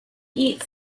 eat